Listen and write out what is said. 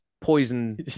poison